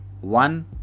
one